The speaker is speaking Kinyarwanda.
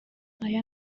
aya